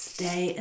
Stay